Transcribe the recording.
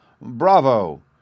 Bravo